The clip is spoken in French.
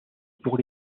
pour